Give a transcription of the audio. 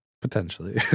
potentially